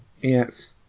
yes